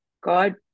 God